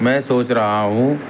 میں سوچ رہا ہوں